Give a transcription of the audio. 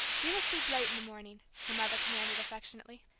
you must sleep late in the morning, her mother commanded affectionately.